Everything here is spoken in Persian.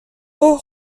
اوه